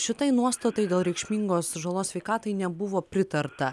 šitai nuostatai dėl reikšmingos žalos sveikatai nebuvo pritarta